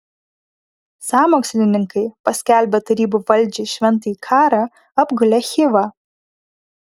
sąmokslininkai paskelbę tarybų valdžiai šventąjį karą apgulė chivą